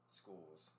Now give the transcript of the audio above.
schools